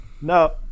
no